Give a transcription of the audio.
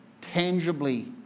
Tangibly